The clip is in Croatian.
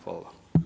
Hvala.